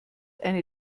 eine